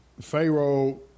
Pharaoh